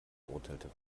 urteilte